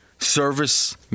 Service